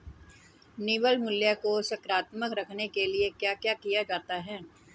निवल मूल्य को सकारात्मक रखने के लिए क्या क्या किया जाता है?